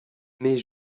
mais